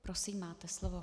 Prosím, máte slovo.